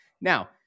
Now